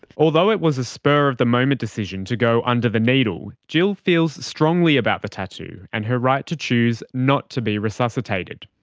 although it was a spur of the moment decision to go under the needle, jill feels strongly about the tattoo and her right to choose not to be resuscitated.